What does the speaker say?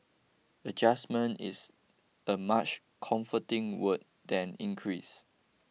adjustment is a much comforting word than increase